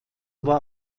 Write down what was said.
war